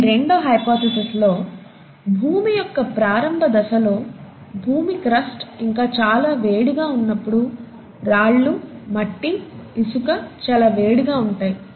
ఈ రెండో హైపోథీసిస్ లో భూమి యొక్క ప్రారంభ దశలో భూమి క్రస్ట్ ఇంకా చాలా వేడిగా ఉన్నప్పుడు రాళ్లు మట్టి ఇసుక చాలా వేడిగా ఉంటాయి